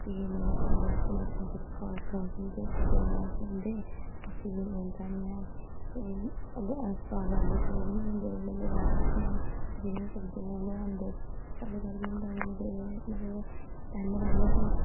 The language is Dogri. कि मतलब सारे अपने अपने जेह्के खास खास हुं'दे उ'यै ब्याह् च औंदे बाकी कोई औंदा नी ऐ ते अग्गें आस पास आह्ले कोई बी नेईं औंदे म्हल्लेदार जेह्के ऐ जि'नेंगी सद्दो उ'यै आंदे साढ़ै घर केह् होंदा कि जे मतलब पैह्लें पैह्लें ते